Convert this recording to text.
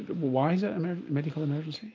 why is it and a medical emergency?